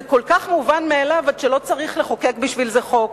זה כל כך מובן מאליו עד שלא צריך לחוקק בשביל זה חוק.